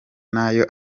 nayo